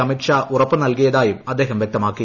അമിത് ഷാ ഉറപ്പു നൽകിയതായും അദ്ദേഹം വ്യക്തമാക്കി